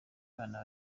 abana